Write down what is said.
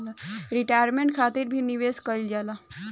retirement खातिर भी निवेश कईल जाला